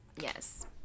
Yes